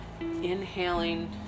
Inhaling